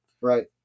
Right